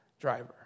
driver